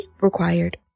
required